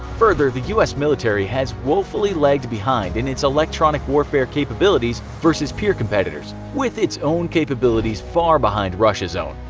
further, the us military has woefully lagged behind in its electronic warfare capabilities versus peer competitors, with its own capabilities far behind russia's own.